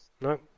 No